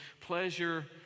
pleasure